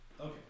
Okay